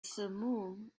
simum